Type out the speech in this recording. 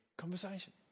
conversation